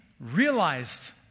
realized